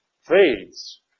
fades